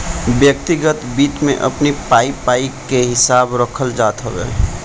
व्यक्तिगत वित्त में अपनी पाई पाई कअ हिसाब रखल जात हवे